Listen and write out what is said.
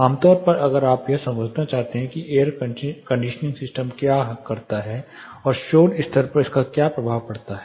आमतौर पर अगर आप यह समझना चाहते हैं कि एयर कंडीशनिंग सिस्टम क्या करता है और शोर स्तर पर इसका क्या प्रभाव पड़ता है